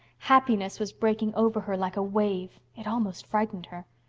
happiness was breaking over her like a wave. it almost frightened her.